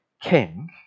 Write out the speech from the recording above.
king